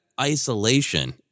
isolation